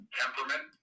temperament